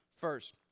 first